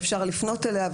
אפשר לפנות אליה,